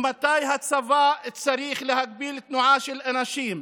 ממתי הצבא צריך להגביל תנועה של אנשים?